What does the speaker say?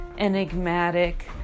enigmatic